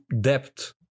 debt